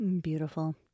Beautiful